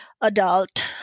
adult